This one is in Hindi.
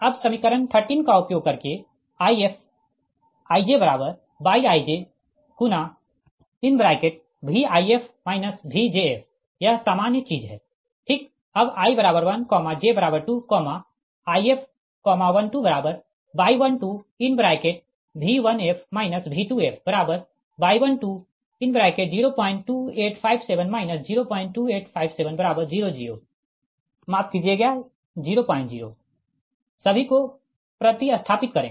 अब समीकरण 13 का उपयोग करके IfijyijVif Vjf यह सामान्य चीज है ठीक अब i1j2 If12y12V1f V2fy1202857 0285700 सभी को प्रति स्थापित करे